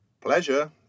pleasure